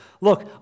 Look